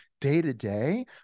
day-to-day